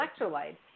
electrolytes